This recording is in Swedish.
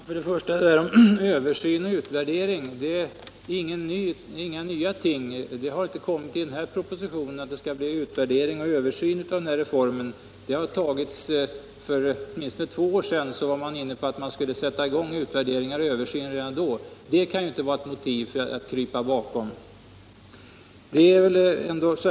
Herr talman! Det där om översyn och utvärdering är inget nytt som kommit i den här propositionen beträffande just denna reform. Redan för åtminstone två år sedan var man inne på att sätta in översyn och utvärdering, så detta kan ju inte vara motivet för att krypa bakom förslaget.